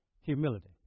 humility